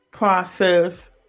Process